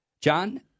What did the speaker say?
John